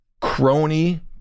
crony